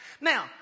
Now